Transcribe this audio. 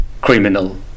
criminal